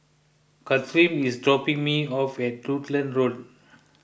Kathern is dropping me off at Rutland Road